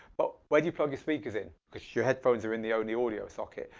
but where do you plug your speakers in? cause your headphones are in the only audio socket.